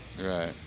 Right